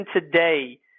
today